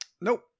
Nope